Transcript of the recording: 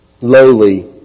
lowly